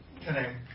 today